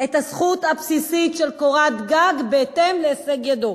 את הזכות הבסיסית של קורת גג בהתאם להישג ידו.